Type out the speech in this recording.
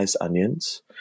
onions